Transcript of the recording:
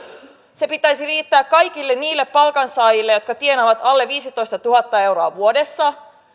sen pitäisi riittää kaikille niille palkansaajille jotka tienaavat alle viisitoistatuhatta euroa vuodessa